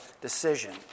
decision